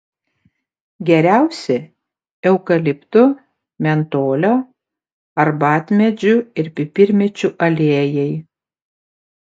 geriausi eukaliptų mentolio arbatmedžių ir pipirmėčių aliejai